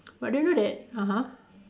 but do you know that (uh huh)